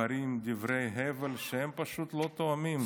דברי הבל שפשוט לא תואמים